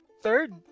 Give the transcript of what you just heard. third